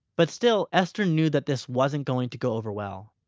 but still, esther knew that this wasn't going to go over well.